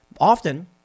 Often